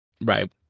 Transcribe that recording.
Right